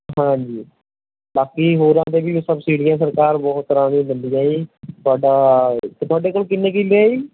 ਹਾਂਜੀ ਬਾਕੀ ਹੋਰਾਂ 'ਤੇ ਵੀ ਸਬਸੀਡੀਆਂ ਸਰਕਾਰ ਬਹੁਤ ਤਰ੍ਹਾਂ ਦੀ ਦਿੰਦੀ ਹੈ ਜੀ ਤੁਹਾਡਾ ਤੁਹਾਡੋ ਕੋਲ ਕਿੰਨੇ ਕਿੱਲੇ ਹੈ ਜੀ